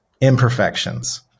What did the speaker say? imperfections